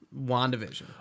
WandaVision